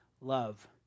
love